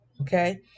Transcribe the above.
Okay